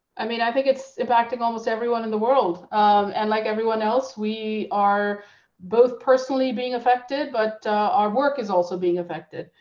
i mean, i think it's affected almost everyone in the world. um and like everyone else, we are both personally being affected, but our work is also being affected.